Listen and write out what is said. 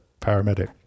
paramedic